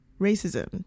racism